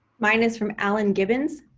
mine is from alan gibbons.